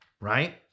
right